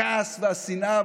הכעס והשנאה,